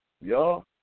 y'all